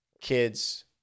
kids